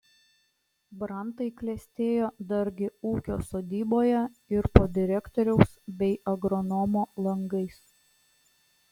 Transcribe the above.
brantai klestėjo dargi ūkio sodyboje ir po direktoriaus bei agronomo langais